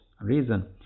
reason